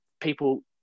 people